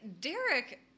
Derek